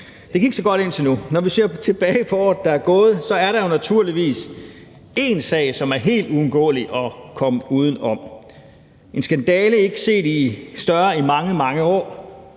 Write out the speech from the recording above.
det gik så godt indtil nu. Når vi ser tilbage på året, der er gået, er der jo naturligvis én sag, som er helt uundgåelig at komme uden om. Det er en skandale ikke set større i mange, mange år